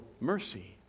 mercy